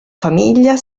famiglia